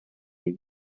les